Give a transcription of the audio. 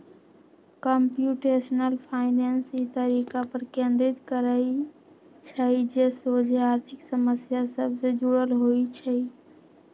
computational finance इ तरीका पर केन्द्रित करइ छइ जे सोझे आर्थिक समस्या सभ से जुड़ल होइ छइ